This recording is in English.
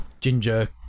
ginger